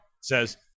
says